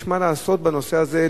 יש מה לעשות בנושא הזה,